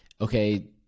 okay